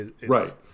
Right